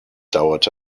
dauerte